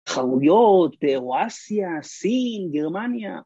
‫חרויות, אירואסיה, סין, גרמניה.